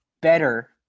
better